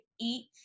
eat